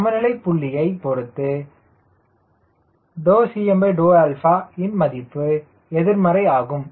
எனவே சமநிலை புள்ளியை பொருத்து Cma ன் மதிப்பு எதிர்மறை ஆகும்